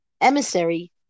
emissary